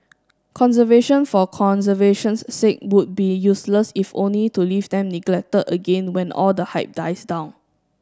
conservation for conservation's sake would be useless if only to leave them neglected again when all the hype dies down